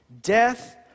death